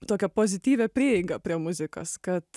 tokią pozityvią prieigą prie muzikos kad